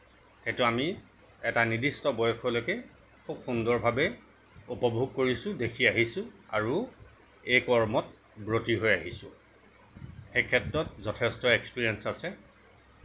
সেইটো আমি এটা নিৰ্দিষ্ট বয়সলৈকে খুব সুন্দৰভাৱে উপভোগ কৰিছোঁ দেখি আহিছোঁ আৰু এই কৰ্মত ব্ৰতী হৈ আহিছোঁ এই ক্ষেত্ৰত যথেষ্ট এক্সপেৰিয়েঞ্চ আছে